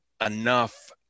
enough